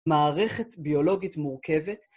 מערכת ביולוגית מורכבת